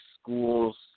schools